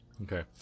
Okay